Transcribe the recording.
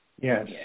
Yes